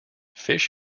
fish